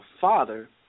Father